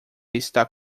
está